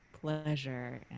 pleasure